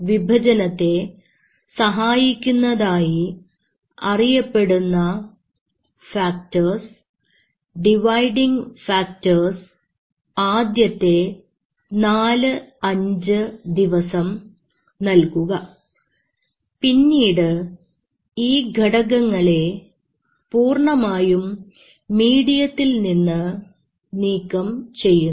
വിഭജനത്തെ സഹായിക്കുന്നതായി അറിയപ്പെടുന്ന factors dividing factors ആദ്യത്തെ 4 5 ദിവസം നൽകുന്നു പിന്നീട് ഈ ഘടകങ്ങളെ പൂർണ്ണമായും മീഡിയത്തിൽ നിന്ന് നീക്കംചെയ്യുന്നു